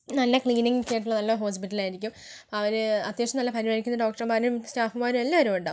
നല്ല ക്ലീനിങ് ഒക്കെയായിട്ടുള്ള നല്ല ഹോസ്പിറ്റലായിരിക്കും അവർ അത്യാവശ്യം നല്ല പരിപാലിക്കുന്ന ഡോക്ടർമാരും സ്റ്റാഫ്മാരും എല്ലാവരും ഉണ്ടാവും